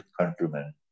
countrymen